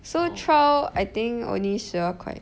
so trial I think only 十二块